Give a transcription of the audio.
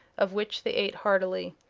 of which they ate heartily.